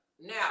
now